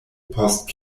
post